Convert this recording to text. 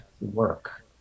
work